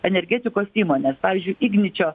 energetikos įmones pavyzdžiui igničio